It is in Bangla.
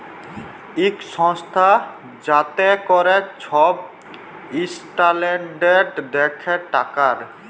ইক সংস্থা যাতে ক্যরে ছব ইসট্যালডাড় দ্যাখে টাকার